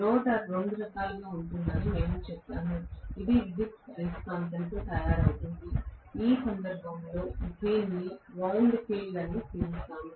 rotor రెండు రకాలుగా ఉంటుందని మేము చెప్పాము ఇది విద్యుదయస్కాంతంతో తయారవుతుంది ఈ సందర్భంలో దీనిని వౌండ్ ఫీల్డ్ అని పిలుస్తాము